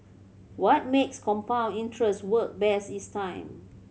what makes compound interest work best is time